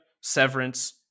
severance